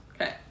Okay